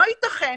לא ייתכן